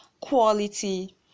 quality